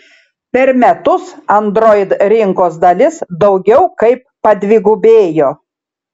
per metus android rinkos dalis daugiau kaip padvigubėjo